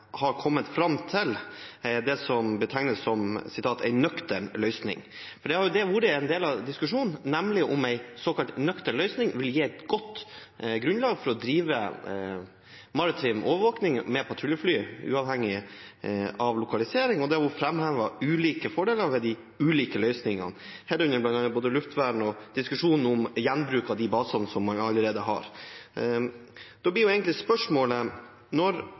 kommet fram til det som betegnes som en nøktern løsning. Det har jo vært en del av diskusjonen, nemlig om en såkalt nøktern løsning vil gi et godt grunnlag for å drive maritim overvåkning med patruljefly, uavhengig av lokalisering, og det er framhevet ulike fordeler ved de ulike løsningene, herunder bl.a. både luftvern og diskusjonen om gjenbruk av de basene som man allerede har.